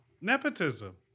nepotism